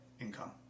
income